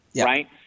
right